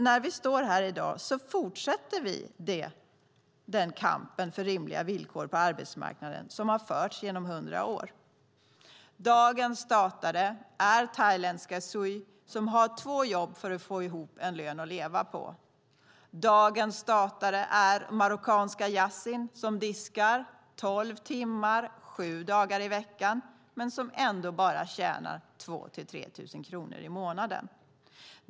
När vi står här i dag fortsätter vi den kamp för rimliga villkor på arbetsmarknaden som har förts under hundra år. Dagens statare är thailändska Sui som har två jobb för att få ihop en lön att leva på. Dagens statare är marockanska Yasin som diskar tolv timmar, sju dagar i veckan men som ändå bara tjänar 2 000-3 000 kronor i månaden.